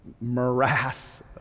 morass